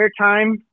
Airtime